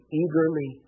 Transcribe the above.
eagerly